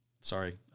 sorry